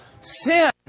sin